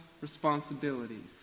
responsibilities